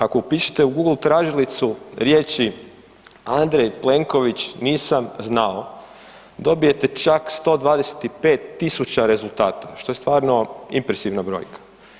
Ako upišete u Google tražilicu riječi „Andrej Plenković nisam znao“ dobijete čak 125 tisuća rezultata što je stvarno impresivna brojka.